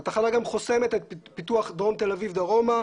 התחנה גם חוסמת את פיתוח דרום תל אביב דרומה.